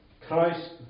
Christ